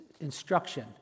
instruction